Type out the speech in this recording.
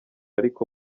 ariko